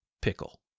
pickle